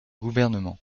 gouvernement